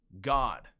God